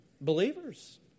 Believers